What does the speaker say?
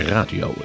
Radio